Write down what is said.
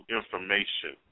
information